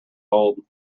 old